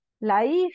life